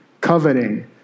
coveting